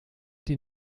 die